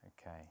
Okay